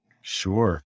Sure